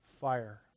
fire